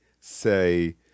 say